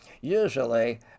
usually